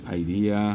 idea